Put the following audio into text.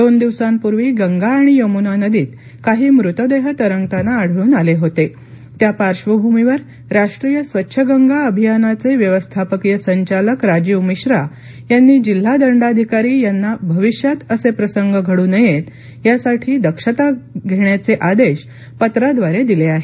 दोन दिवसांपूर्वी गंगा आणि यमुना नदीत काही मृतदेह तरंगताना आढळून आले होते त्या पार्श्वभूमीवर राष्ट्रीय स्वछ गंगा अभियानाचे व्यवस्थापकीय संचालक राजीव मिश्रा यांनी जिल्हा दंडाधिकारी यांना भविष्यात असे प्रसंग घडू नयेत यासाठी दक्षता घेण्याचे आदेश पत्राद्वारे दिले आहेत